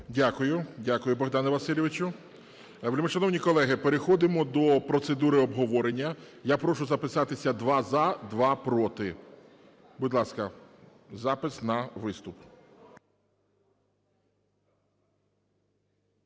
Дякую. Дякую, Богдане Васильовичу. Вельмишановні колеги, переходимо до процедури обговорення. Я прошу записатися: два – за, два – проти. Будь ласка, запис на виступ.